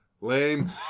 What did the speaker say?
Lame